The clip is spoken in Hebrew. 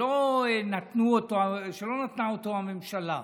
שלא נתנה אותו הממשלה,